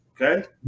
okay